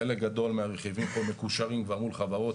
חלק גדול מהרכיבים פה מקושרים כבר מול חברות,